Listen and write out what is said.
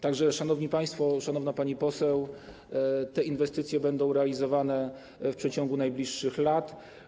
Tak że, szanowni państwo, szanowna pani poseł, te inwestycje będą realizowane w przeciągu najbliższych lat.